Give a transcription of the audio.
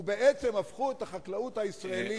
ובעצם הפכו את החקלאות הישראלית,